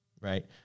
right